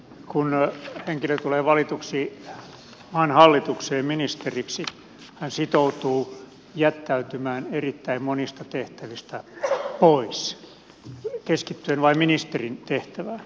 kun henkilö tulee valituksi maan hallitukseen ministeriksi hän sitoutuu jättäytymään erittäin monista tehtävistä pois keskittyen vain ministerin tehtävään